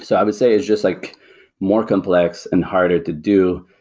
so i would say it's just like more complex and harder to do,